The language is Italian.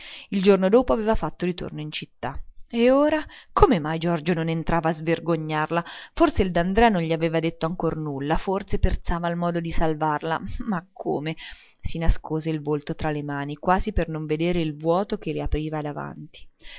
il giorno dopo aveva fatto ritorno in città e ora come mai giorgio non entrava a svergognarla forse il d'andrea non gli aveva detto ancor nulla forse pensava al modo di salvarla ma come si nascose il volto tra le mani quasi per non vedere il vuoto che le s'apriva davanti